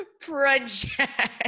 project